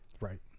right